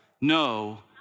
no